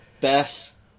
best